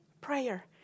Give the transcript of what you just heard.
prayer